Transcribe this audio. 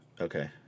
Okay